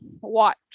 watch